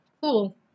Cool